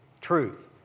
truth